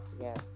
Yes